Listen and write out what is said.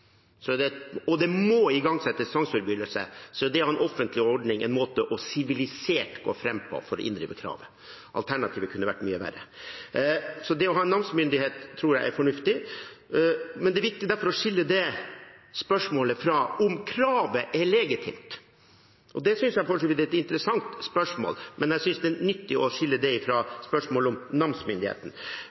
Alternativet kunne vært mye verre. Så det å ha en namsmyndighet tror jeg er fornuftig. Men det er viktig å skille det spørsmålet fra om kravet er legitimt. Det synes jeg for så vidt er et interessant spørsmål, men jeg synes det er nyttig å skille det fra spørsmålet om namsmyndigheten.